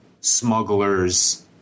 smuggler's